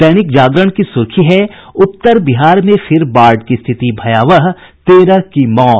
दैनिक जागरण की सुर्खी है उत्तर बिहार में फिर बाढ़ की स्थिति भयावह तेरह की मौत